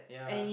yeah